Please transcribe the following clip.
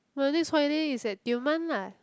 my next holiday is at Tioman lah